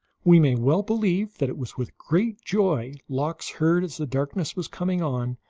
we may well believe that it was with great joy lox heard, as the darkness was coming on,